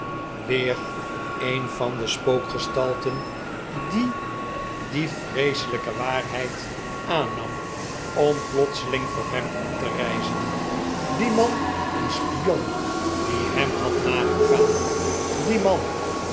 een van de spookgestalten die die vreeselijke waarheid aannam om plotseling voor hem op te rijzen die man een spion die hem had nagegaan die man